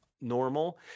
normal